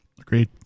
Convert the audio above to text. Agreed